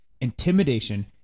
intimidation